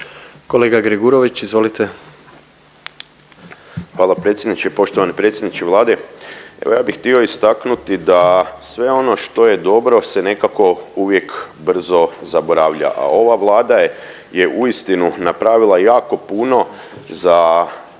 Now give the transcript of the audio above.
**Gregurović, Zoran (HDZ)** Hvala predsjedniče. Poštovani predsjedniče Vlade, evo ja bi htio istaknuti da sve ono što je dobro se nekako uvijek brzo zaboravlja, a ova Vlada je uistinu napravila jako puno za